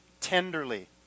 tenderly